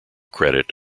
credit